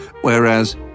whereas